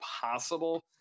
possible